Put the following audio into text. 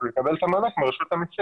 אז הוא יקבל את המענק מרשות המסים,